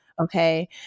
Okay